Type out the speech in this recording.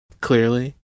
clearly